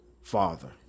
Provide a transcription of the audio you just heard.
father